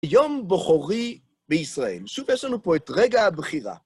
יום בוחרי בישראל, שוב יש לנו פה את רגע הבחירה.